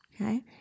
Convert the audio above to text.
okay